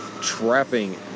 trapping